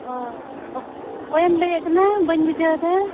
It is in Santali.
ᱚ ᱚᱠᱚᱭᱮᱢ ᱞᱟᱹᱭᱮᱫ ᱠᱟᱱᱟ ᱵᱟᱹᱧ ᱵᱩᱡᱷᱟᱹᱣ ᱮᱫᱟ